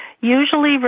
usually